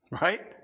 Right